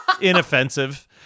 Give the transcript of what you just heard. inoffensive